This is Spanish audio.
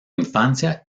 infancia